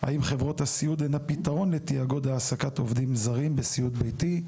האם חברות הסיעוד הן הפתרון להעסקת עובדים זרים בסיעוד ביתי.